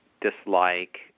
dislike